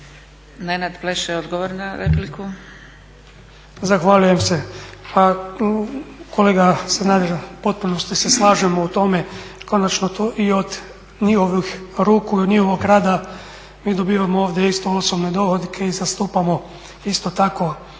laburisti - Stranka rada)** Zahvaljujem se. Pa kolega Sanader, u potpunosti se slažemo u tome, konačno i od njihovih ruku i od njihovog rada mi dobivamo ovdje isto osobne dohotke i zastupamo isto tako